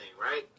right